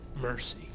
mercy